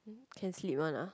can sleep one ah